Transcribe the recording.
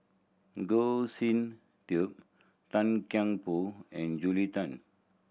Goh Sin Tub Tan Kian Por and Julia Tan